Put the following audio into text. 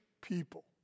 people